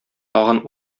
тагын